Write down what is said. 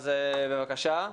בבקשה.